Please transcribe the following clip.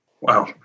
Wow